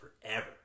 forever